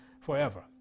forever